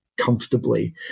comfortably